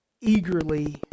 eagerly